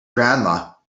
grandma